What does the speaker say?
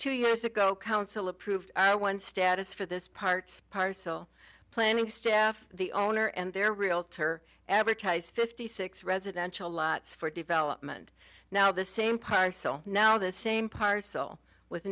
two years ago council approved one status for this part parcel planning staff the owner and their realtor advertise fifty six residential lots for development now the same parcel now the same parcel with